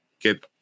get